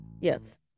yes